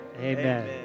Amen